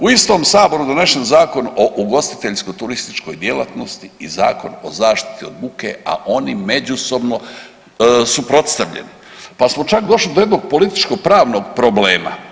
U istom saboru donesen Zakon o ugostiteljsko turističkoj djelatnosti i Zakon o zaštiti od buke, a oni međusobno suprotstavljeni, pa smo čak došli do jednog političko pravnog problema.